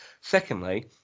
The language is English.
Secondly